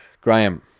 Graham